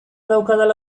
daukadala